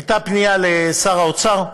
הייתה פנייה לשר האוצר,